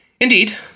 Indeed